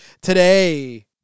today